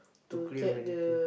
to clear many thing